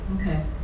Okay